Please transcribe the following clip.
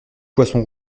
poisson